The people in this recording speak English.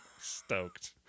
stoked